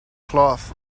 cloth